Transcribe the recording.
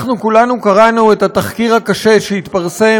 אנחנו כולנו קראנו את התחקיר הקשה שהתפרסם